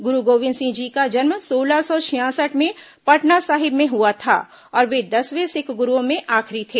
गुरू गोबिन्द सिंह जी का जन्म सोलह सौ छियासठ में पटना साहिब में हुआ था और वे दसवें सिख गुरूओं में आखिरी थे